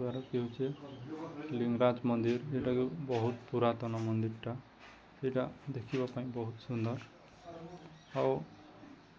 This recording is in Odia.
ତାହା ହେଉଛି ଲିଙ୍ଗରାଜ ମନ୍ଦିର ଏଟା ବହୁତ ପୁରାତନ ମନ୍ଦିର ସେଇଟା ଦେଖିବା ପାଇଁ ବହୁତ ସୁନ୍ଦର ଆଉ